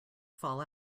fall